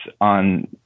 on